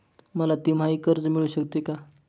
मला तिमाही कर्ज मिळू शकते का?